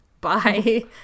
Bye